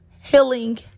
healing